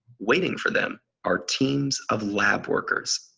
waiting for them are teams of lab workers,